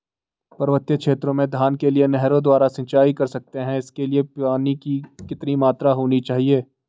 पर्वतीय क्षेत्रों में धान के लिए नहरों द्वारा सिंचाई कर सकते हैं इसके लिए पानी की कितनी मात्रा होनी चाहिए?